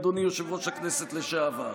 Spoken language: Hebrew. אדוני יושב-ראש הכנסת לשעבר.